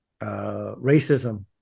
racism